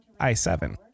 i7